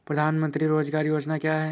प्रधानमंत्री रोज़गार योजना क्या है?